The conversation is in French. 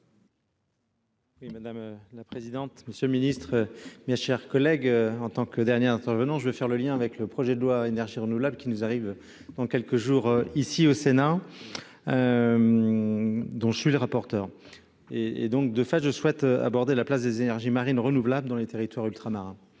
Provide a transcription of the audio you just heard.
madame la présidente, monsieur ministre, mes chers collègues, en tant que dernier intervenant je vais faire le lien avec le projet de loi énergies renouvelables qui nous arrive dans quelques jours, ici au Sénat, dont je suis le rapporteur et et donc de face, je souhaite aborder la place des énergies marines renouvelables dans les territoires ultramarins